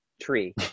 tree